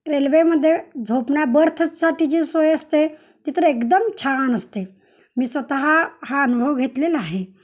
रेल्वेमध्ये झोपण्या बर्थसाठी जी सोय असते ती तर एकदम छान असते मी स्वतः हा अनुभव घेतलेला आहे